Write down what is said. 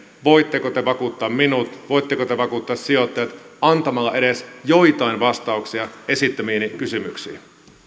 voitteko te vakuuttaa minut voitteko te vakuuttaa sijoittajat antamalla edes joitain vastauksia esittämiini kysymyksiin